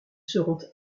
seront